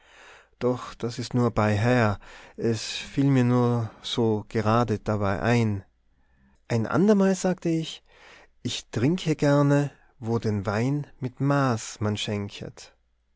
doch das nur beiher es fiel mir nur so gerade dabei ein ein andermal sage ich ich trinke gerne wo den wein mit maß man schenket